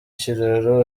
kiraro